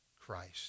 Christ